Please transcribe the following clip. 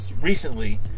recently